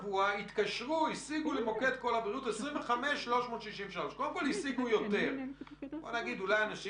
קודם כל, אני לא אמרתי